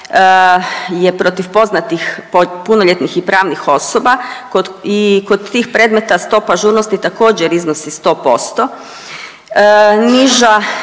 je protiv poznatih punoljetnih i pravnih osoba i kod tih predmeta stopa ažurnosti također iznosi 100%.